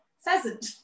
pheasant